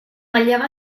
ballava